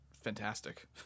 fantastic